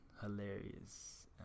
hilarious